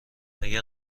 اگه